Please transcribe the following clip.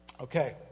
Okay